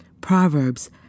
Proverbs